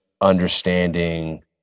understanding